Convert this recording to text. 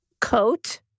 coat